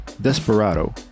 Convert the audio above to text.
Desperado